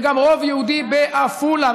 וגם רוב יהודי בעפולה.